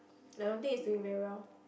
I don't think it's doing very well